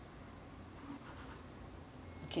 okay